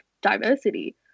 diversity